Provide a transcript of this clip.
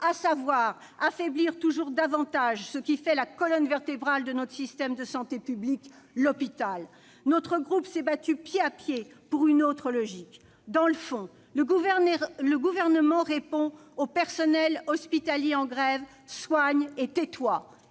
à savoir affaiblir toujours davantage ce qui fait la colonne vertébrale de notre système de santé public : l'hôpital. Notre groupe s'est battu pied à pied pour une autre logique. Dans le fond, le Gouvernement répond au personnel hospitalier en grève :« soigne et tais-toi ».